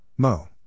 Mo